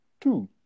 two